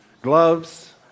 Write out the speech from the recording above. Gloves